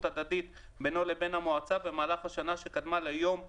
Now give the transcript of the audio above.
ההדדית בינו לבין המועצה במהלך השנה שקדמה ליום ...,